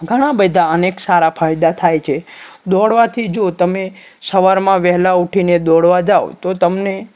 ઘણા બધા અનેક સારા ફાયદા થાય છે દોડવાથી જો તમે સવારમાં વહેલાં ઊઠીને દોડવા જાઓ તો તમને